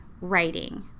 writing